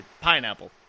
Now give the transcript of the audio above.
pineapple